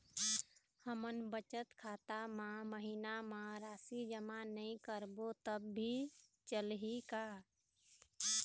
हमन बचत खाता मा महीना मा राशि जमा नई करबो तब भी चलही का?